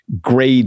grade